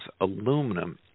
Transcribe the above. aluminum